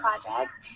projects